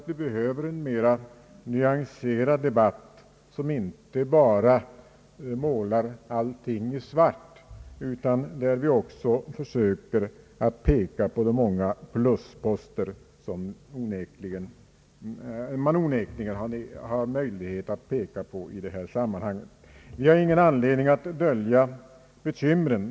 Vi behöver en mera nyanserad debatt som inte bara målar allting i svart, en debatt där vi också försöker peka på de många plusposter som onekligen finns i detta sammanhang. Jag har ingen anledning att dölja bekymren.